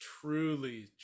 truly